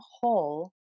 whole